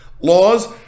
laws